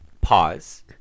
Pause